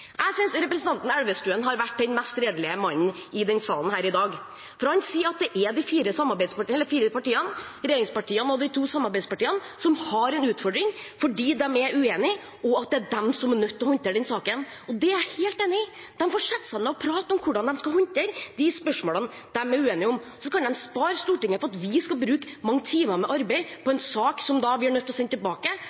Jeg synes representanten Elvestuen har vært den mest redelige mannen i denne salen i dag, for han sier at det er de fire partiene – regjeringspartiene og de to samarbeidspartiene – som har en utfordring fordi de er uenige, og at det er de som er nødt til å håndtere den saken. Det er jeg helt enig i. De får sette seg ned og prate om hvordan de skal håndtere de spørsmålene de er uenige om. Slik kan de spare Stortinget for mange timers arbeid med en sak som vi er nødt til å sende tilbake